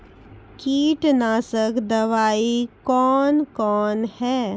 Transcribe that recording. कीटनासक दवाई कौन कौन हैं?